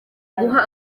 guha